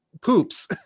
poops